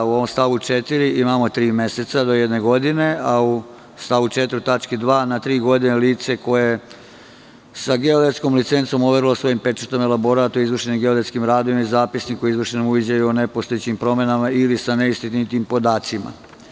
U stavu 4. imamo tri meseca do jedne godine, a u stavu 4. tački 2) na tri godine, lice koje sa geodetskom licencom overilo svojim pečatom elaborat o izvršenim geodetskim radovima i zapisniku u izvršnom uviđaju o nepostojećim promenama ili sa neistinitim podacima.